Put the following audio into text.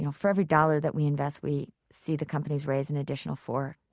you know for every dollar that we invest, we see the companies raise an additional for.